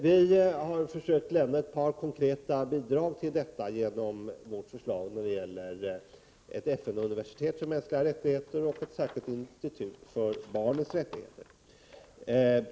Vi har försökt att lämna ett par konkreta bidrag genom vårt förslag om ett FN-universitet för mänskliga rättigheter och ett särskilt institut för barnens rättigheter.